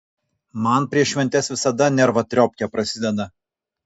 man prieš šventes visada nervatriopkė prasideda